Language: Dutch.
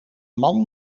man